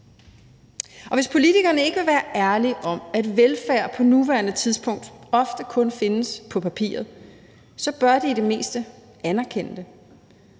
Hvis politikerne ikke vil være ærlige om, at velfærd på nuværende tidspunkt ofte kun findes på papiret, så bør de i det mindste anerkende det,